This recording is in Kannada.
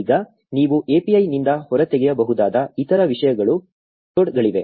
ಈಗ ನೀವು API ನಿಂದ ಹೊರತೆಗೆಯಬಹುದಾದ ಇತರ ವಿಷಯಗಳ ಲೋಡ್ಗಳಿವೆ